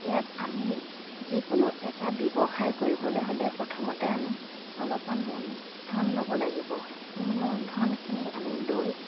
ইয়াত আমি যিকোনো এটা ব্যৱসায় কৰিবলৈ হ'লে প্ৰথমতে আমি অলপমান মূলধন ল'ব লাগিব সেই মূলধনখিনি আমি লৈ